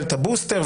הבוסטר,